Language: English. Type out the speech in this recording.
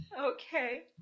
Okay